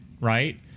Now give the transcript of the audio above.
right